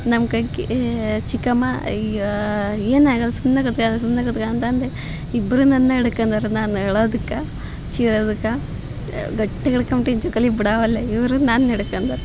ನಮ್ಮ ಕಾಕಿ ಚಿಕ್ಕಮ್ಮ ಅಯ್ಯೋ ಏನಾಗಲ್ಲ ಸುಮ್ಮನೆ ಕುತ್ಗೊ ಸುಮ್ಮನೆ ಕುತ್ಗೊ ಅಂತಂದು ಇಬ್ಬರು ನನ್ನ ಹಿಡ್ಕಂದಾರ ನಾನು ಅಳೋದಕ್ಕ ಚೀರದಕ್ಕ ಗಟ್ಟಿ ಹಿಡ್ಕಂಬಿಟ್ಟಿದ್ದೆ ಜೋಕಾಲಿ ಬಿಡ ವಲ್ಲೆ ಇವರು ನನ್ನ ಹಿಡ್ಕಂದಾರ